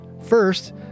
First